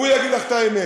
הוא יגיד לך את האמת.